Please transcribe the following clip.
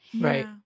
Right